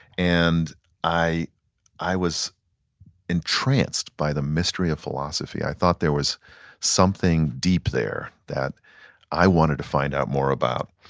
and i i was entranced by the mystery of philosophy. i thought there was something deep there that i wanted to find out more about.